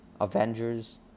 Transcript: Avengers